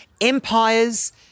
empires